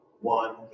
one